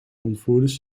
ontvoerders